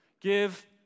Give